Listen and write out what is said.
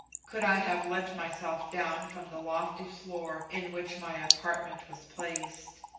could i have let myself down from the lofty floor in which my apartment was placed.